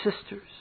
sisters